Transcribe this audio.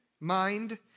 mind